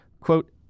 Quote